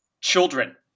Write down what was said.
children